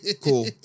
cool